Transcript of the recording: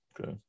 Okay